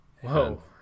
whoa